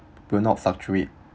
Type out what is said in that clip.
will not fluctuate